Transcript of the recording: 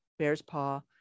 Bearspaw